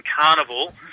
carnival